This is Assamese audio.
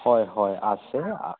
হয় হয় আছে